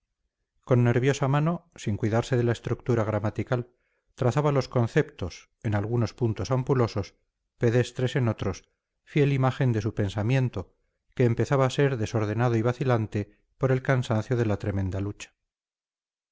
con nerviosa mano sin cuidarse de la estructura gramatical trazaba los conceptos en algunos puntos ampulosos pedestres en otros fiel imagen de su pensamiento que empezaba a ser desordenado y vacilante por el cansancio de la tremenda lucha